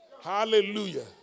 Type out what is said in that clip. Hallelujah